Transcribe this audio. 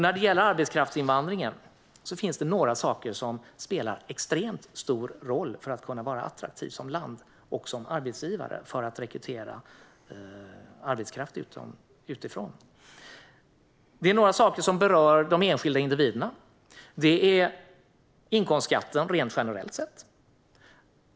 När det gäller arbetskraftsinvandringen finns det några saker som spelar extremt stor roll om man ska kunna vara attraktiv som land och som arbetsgivare och rekrytera arbetskraft utifrån. Det gäller några saker som berör de enskilda individerna. Det är inkomstskatten rent generellt sett.